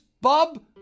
Bob